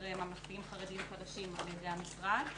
ממלכתיים-חרדים חדשים על ידי המשרד.